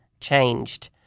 changed